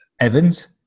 Evans